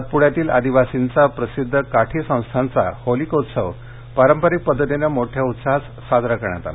सातप्ड्यातील आदिवासींचा प्रसिध्द काठी संस्थानचा होलिकोत्सव पारंपरिक पद्धतीनं मोठ्या उत्साहात साजरा करण्यात आला